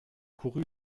couru